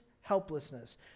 helplessness